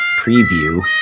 preview